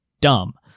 dumb